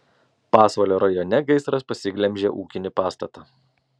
pasvalio rajone gaisras pasiglemžė ūkinį pastatą